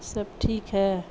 سب ٹھیک ہے